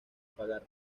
pagar